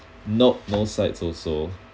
nope no sides also